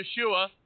yeshua